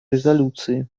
резолюции